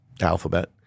alphabet